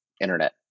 Internet